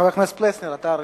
חבר הכנסת פלסנר, אתה הראשון.